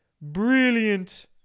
Brilliant